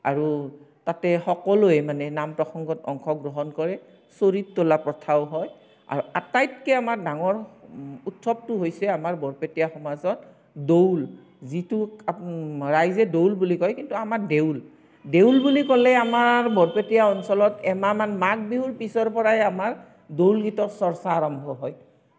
আৰু তাতে সকলোৱে মানে নাম প্ৰসংগত অংশগ্ৰহণ কৰে চৰিত তোলা প্ৰথাও হয় আৰু আটাইতকৈ আমাৰ ডাঙৰ উৎসৱটো হৈছে আমাৰ বৰপেটীয়া সমাজত দৌল যিটোক ৰাইজে দৌল বুলি কয় কিন্তু আমাৰ দেউল দেউল বুলি ক'লে আমাৰ বৰপেটীয়া অঞ্চলত এমাহমান মাঘ বিহুৰ পিছৰ পৰাই আমাৰ দৌল গীতৰ চৰ্চা আৰম্ভ হয়